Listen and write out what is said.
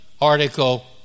article